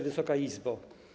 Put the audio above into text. Wysoka Izbo!